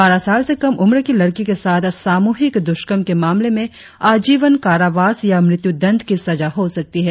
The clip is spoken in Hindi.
बारह साल से कम उम्र की लड़की के साथ सामूहिक दुष्कर्म के मामले में आजीवन कारावास या मृत्यु दंड की सजा हो सकती है